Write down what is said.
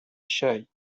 الشاي